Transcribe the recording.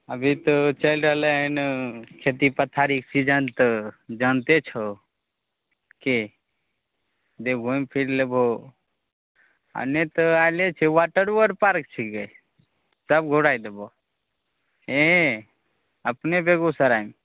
अभी तऽ चैलि रहलै हन खेती पथारी सीजन तऽ जानिते छो कि देबौन फिर लेबो आ नहि तऽ आयले छै वाटर आर पार्क छीगे सब घूराय देबो अपने बेगूसरायमे